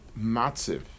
matziv